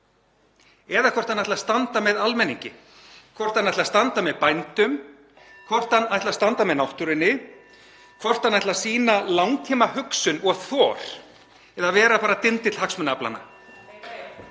eða hvort hann ætli að standa með almenningi, hvort hann ætli að standa með bændum, (Forseti hringir.) hvort hann ætli að standa með náttúrunni, hvort hann ætli að sýna langtímahugsun og þor eða vera bara dindill hagsmunaaflanna.